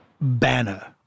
Banner